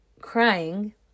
crying